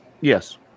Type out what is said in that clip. yes